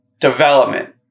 development